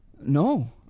No